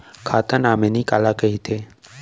खाता नॉमिनी काला कइथे?